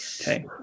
Okay